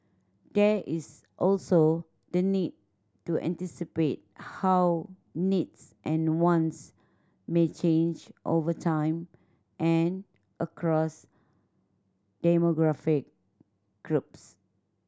there is also the need to anticipate how needs and wants may change over time and across demographic groups